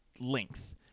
length